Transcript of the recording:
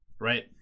right